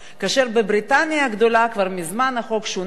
כאשר בבריטניה הגדולה כבר מזמן החוק שונה,